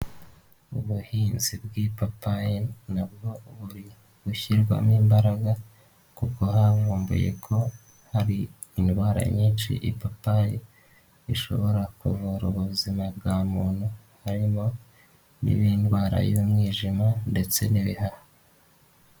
Mu buhinzi bw'ipapayi nabwo buri bushyirwamo imbaraga kuko havumbuye ko hari indwara nyinshi ipapayi ishobora kuvura ubuzima bwa muntu, harimo n'indwara y'umwijima ndetse n'ibihaha.